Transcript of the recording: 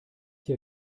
hier